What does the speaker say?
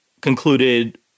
concluded